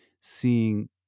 seeing